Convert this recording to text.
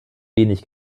wenig